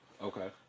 Okay